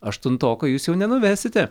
aštuntoko jūs jau nenuvesite